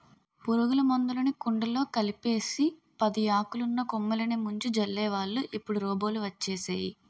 పురుగుల మందులుని కుండలో కలిపేసి పదియాకులున్న కొమ్మలిని ముంచి జల్లేవాళ్ళు ఇప్పుడు రోబోలు వచ్చేసేయ్